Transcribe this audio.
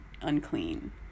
unclean